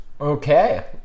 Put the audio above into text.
Okay